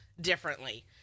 differently